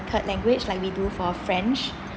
third language like we do for french